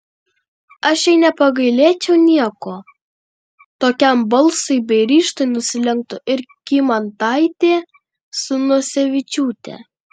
aš jai nepagailėčiau nieko tokiam balsui bei ryžtui nusilenktų ir kymantaitė su nosevičiūte